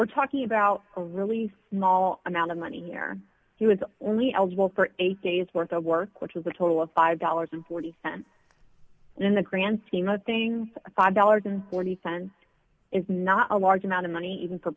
we're talking about a really small amount of money here he was only eligible for a day's worth of work which is a total of five dollars forty cents in the grand scheme of things five dollars and forty cents is not a large amount of money even for a